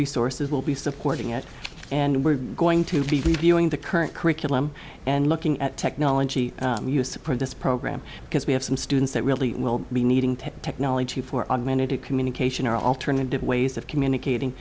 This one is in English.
resources will be supporting it and we're going to be reviewing the current curriculum and looking at technology program because we have some students that really will be needing to technology for augmented communication are alternative ways of communicating